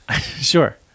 Sure